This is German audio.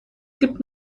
gibt